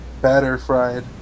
batter-fried